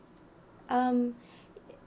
um